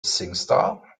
singstar